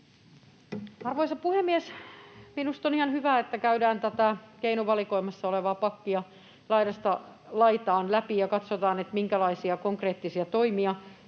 Arvoisa puhemies! Minusta on ihan hyvä, että käydään tätä keinovalikoimassa olevaa pakkia laidasta laitaan läpi ja katsotaan, minkälaisia konkreettisia toimia